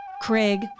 Craig